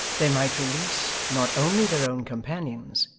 they might release, not only their own companions,